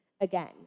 again